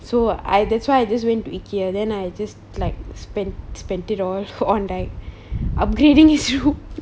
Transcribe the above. so I that's why I just went to ikea then I just like spend spend it all on like upgrading his room